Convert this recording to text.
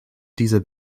dieser